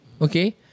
okay